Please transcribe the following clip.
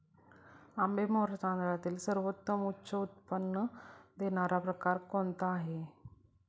आंबेमोहोर तांदळातील सर्वोत्तम उच्च उत्पन्न देणारा प्रकार कोणता आहे?